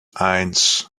eins